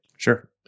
Sure